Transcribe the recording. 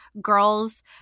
girls